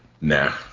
Nah